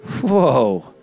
Whoa